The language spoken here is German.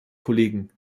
kollegen